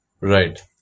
right